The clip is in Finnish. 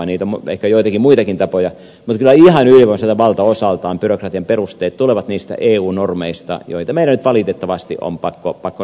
niitä on ehkä joitakin muitakin tapoja mutta kyllä ihan ylivoimaiselta valtaosaltaan byrokratian perusteet tulevat niistä eu normeista joita meidän nyt valitettavasti on pakko noudattaa